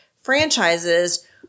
franchises